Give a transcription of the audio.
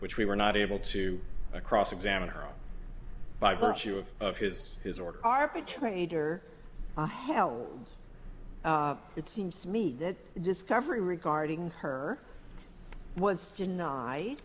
which we were not able to cross examine her by virtue of of his his or her arbitrator it seems to me that discovery regarding her was denied